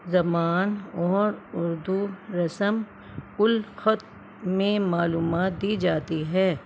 زبان اور اردو رسم الخط میں معلومات دی جاتی ہے